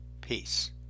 Peace